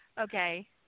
Okay